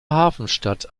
hafenstadt